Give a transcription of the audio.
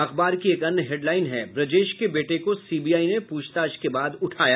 अखबार की एक अन्य हैड लाईन है ब्रजेश के बेटे को सीबीआई ने पूछताछ के बाद उठाया